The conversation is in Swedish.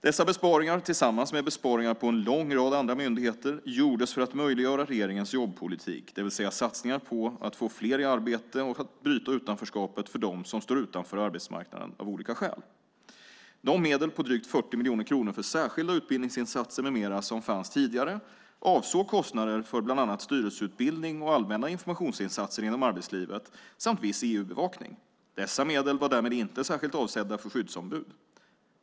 Dessa besparingar, tillsammans med besparingar på en lång rad andra myndigheter, gjordes för att möjliggöra regeringens jobbpolitik, det vill säga satsningar på att få fler i arbete och att bryta utanförskapet för dem som står utanför arbetsmarknaden av olika skäl. De medel på drygt 40 miljoner kronor för särskilda utbildningsinsatser med mera som fanns tidigare avsåg kostnader för bland annat styrelseutbildning och allmänna informationsinsatser inom arbetslivet samt viss EU-bevakning. Dessa medel var därmed inte särskilt avsedda för skyddsombud.